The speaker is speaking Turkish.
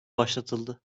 başlatıldı